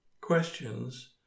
questions